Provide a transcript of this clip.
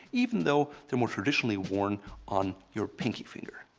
even though they're more traditionally worn on your pinky finger.